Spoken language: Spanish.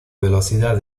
velocidad